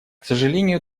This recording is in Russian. сожалению